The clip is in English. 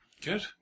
Good